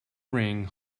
ring